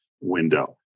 window